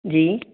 जी